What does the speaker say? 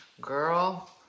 Girl